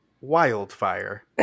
Wildfire